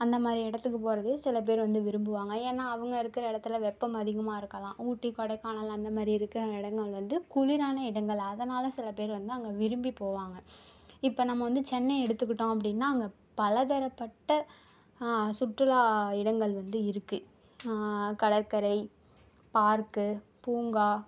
அந்தமாதிரி இடத்துக்கு போகிறது வந்து சில பேர் வந்து விரும்புவாங்க ஏன்னா அவங்க இருக்கிற இடத்துல வெப்பம் அதிகமாக இருக்கலாம் ஊட்டி கொடைக்கானல் அந்த மாதிரி இருக்கிற இடங்கள் வந்து குளிரான இடங்கள் அதனால் சில பேர் வந்து அங்கே விரும்பி போவாங்க இப்போது நம்ம வந்து சென்னை எடுத்துக்கிட்டோம் அப்படின்னா அங்கே பலதரப்பட்ட சுற்றுலா இடங்கள் வந்து இருக்கு கடற்கரை பார்க்கு பூங்கா